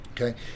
okay